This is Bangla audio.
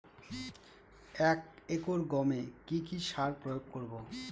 এক একর গমে কি কী সার প্রয়োগ করব?